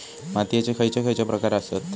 मातीयेचे खैचे खैचे प्रकार आसत?